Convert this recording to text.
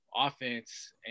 offense